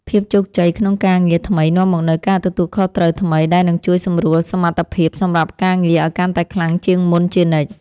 ភាពជោគជ័យក្នុងការងារថ្មីនាំមកនូវការទទួលខុសត្រូវថ្មីដែលនឹងជួយសម្រួលសមត្ថភាពសម្រាប់ការងារឱ្យកាន់តែខ្លាំងជាងមុនជានិច្ច។